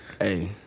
Hey